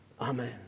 Amen